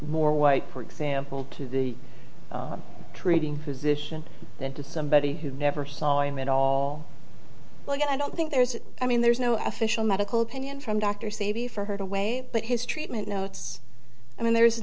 more white for example to the treating physician than to somebody who never saw him at all like i don't think there's i mean there's no official medical opinion from dr c b for her to wait but his treatment notes i mean there